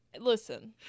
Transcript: Listen